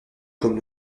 comme